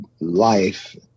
life